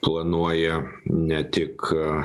planuoja ne tik